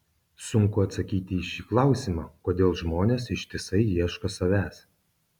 sunku atsakyti į šį klausimą kodėl žmonės ištisai ieško savęs